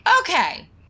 Okay